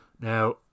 Now